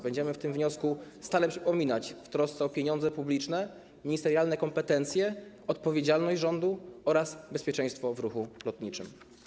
Będziemy o tym wniosku stale przypominać, w trosce o pieniądze publiczne, ministerialne kompetencje, odpowiedzialność rządu oraz bezpieczeństwo w ruchu lotniczym.